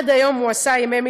הוא עשה עד היום,